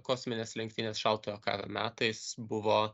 kosminės lenktynės šaltojo karo metais buvo